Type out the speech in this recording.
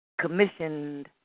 commissioned